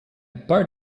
part